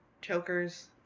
chokers